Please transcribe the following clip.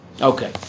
Okay